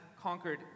conquered